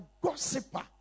gossiper